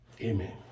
amen